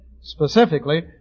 specifically